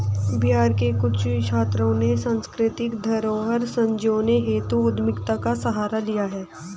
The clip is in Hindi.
बिहार के कुछ छात्रों ने सांस्कृतिक धरोहर संजोने हेतु उद्यमिता का सहारा लिया है